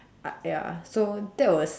I ya so that was